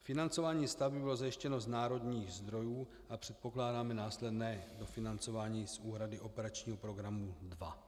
Financování stavby bylo zajištěno z národních zdrojů a předpokládáme následné financování z úhrady Operační program 2.